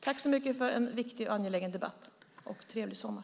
Jag tackar för en viktig och angelägen debatt. Trevlig sommar!